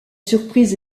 surprise